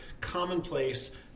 commonplace